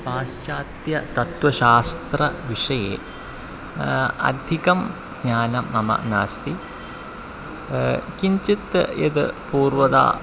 पाश्चात्यतत्त्वशास्त्रविषये अधिकं ज्ञानं मम नास्ति किञ्चित् यद् पूर्वतः